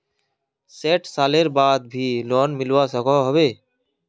सैट सालेर बाद भी लोन मिलवा सकोहो होबे?